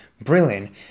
brilliant